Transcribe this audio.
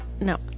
No